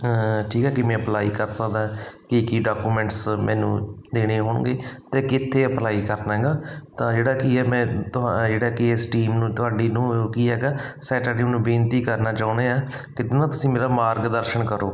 ਠੀਕ ਹੈ ਕਿਵੇਂ ਅਪਲਾਈ ਕਰ ਸਕਦਾ ਕੀ ਕੀ ਡਾਕੂਮੈਂਟਸ ਮੈਨੂੰ ਦੇਣੇ ਹੋਣਗੇ ਅਤੇ ਕਿੱਥੇ ਅਪਲਾਈ ਕਰਨਾ ਹੈਗਾ ਤਾਂ ਜਿਹੜਾ ਕੀ ਹੈ ਮੈਂ ਜਿਹੜਾ ਕਿ ਇਸ ਟੀਮ ਨੂੰ ਤੁਹਾਡੀ ਨੂੰ ਕੀ ਹੈਗਾ ਸੈਟਰਡੇ ਨੂੰ ਬੇਨਤੀ ਕਰਨਾ ਚਾਹੁੰਦੇ ਹਾਂ ਕਿਤੇ ਨਾ ਤੁਸੀਂ ਮੇਰਾ ਮਾਰਗਦਰਸ਼ਨ ਕਰੋ